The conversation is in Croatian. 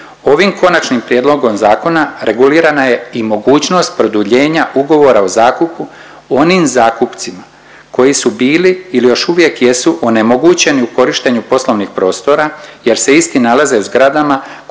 ovim konačnim prijedlogom zakona, regulirana je i mogućnost produljenja ugovora o zakupu onim zakupcima koji su bili ili još uvijek jesu onemogućeni u korištenju poslovnih prostora jer se isti nalaze u zgradama koji su predmet obnove